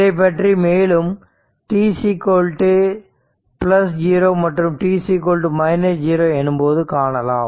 இதனைப்பற்றி மேலும் t 0 மற்றும் t 0 எனும்போது காணலாம்